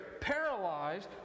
paralyzed